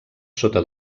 sota